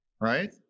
Right